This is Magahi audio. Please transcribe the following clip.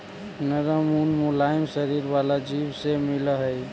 नरम ऊन मुलायम शरीर वाला जीव से मिलऽ हई